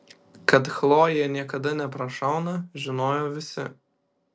kad chlojė niekada neprašauna žinojo visi